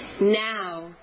now